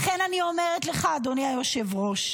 לכן אני אומרת לך, אדוני היושב-ראש,